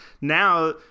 now